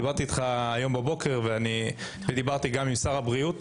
דיברתי איתך היום בבוקר ודיברתי גם עם שר הבריאות,